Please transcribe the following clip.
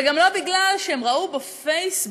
וגם לא בגלל שהם ראו בפייסבוק,